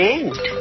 end